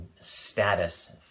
status